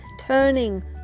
turning